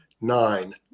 nine